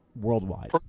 Worldwide